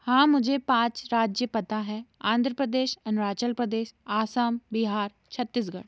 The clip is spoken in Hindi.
हाँ मुझे पाँच राज्य पता हैं आन्ध्र प्रदेश अरुणाचल प्रदेस असम बिहार छत्तीसगढ़